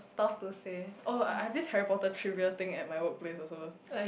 stuff to say oh I I have this Harry-Potter trivia thing at my workplace also